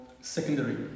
secondary